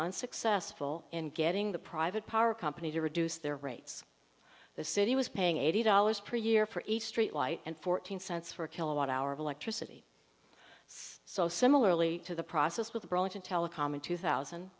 unsuccessful in getting the private power company to reduce their rates the city was paying eighty dollars per year for each street light and fourteen cents for a kilowatt hour of electricity so similarly to the process with the burlington telecom in two thousand